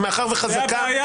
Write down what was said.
זו הבעיה